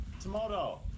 tomorrow